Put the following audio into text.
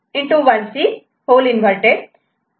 1C' 1Y2 BA'